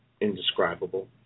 indescribable